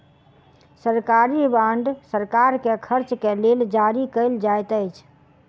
सरकारी बांड सरकार के खर्च के लेल जारी कयल जाइत अछि